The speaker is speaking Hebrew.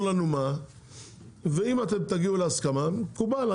תגיעו להסכמה, מקובל.